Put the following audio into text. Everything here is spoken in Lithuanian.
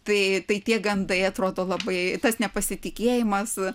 tai tai tie gandai atrodo labai tas nepasitikėjimas